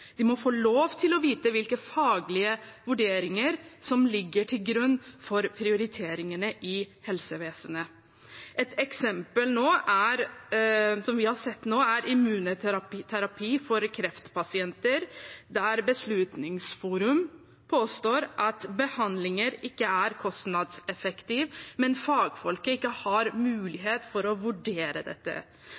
må få lov til å vite hvilke faglige vurderinger som ligger til grunn for prioriteringene i helsevesenet. Et eksempel som vi har sett nå, gjelder immunterapi for kreftpasienter, der Beslutningsforum for nye metoder påstår at behandlingen ikke er kostnadseffektiv, men fagfolk har ikke mulighet til å vurdere dette.